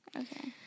Okay